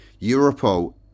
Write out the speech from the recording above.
Europol